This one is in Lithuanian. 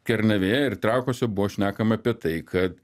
kernavėj ir trakuose buvo šnekama apie tai kad